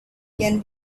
can